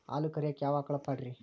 ಹಾಲು ಕರಿಯಾಕ ಯಾವ ಆಕಳ ಪಾಡ್ರೇ?